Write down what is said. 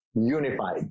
Unified